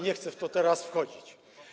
Nie chcę w to teraz wchodzić.